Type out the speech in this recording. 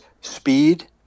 speed